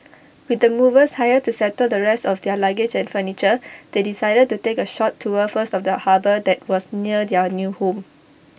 with the movers hired to settle the rest of their luggage and furniture they decided to take A short tour first of the harbour that was near their new home